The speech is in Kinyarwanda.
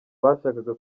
bashakaga